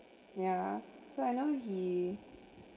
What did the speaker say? yeah so right now he